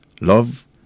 Love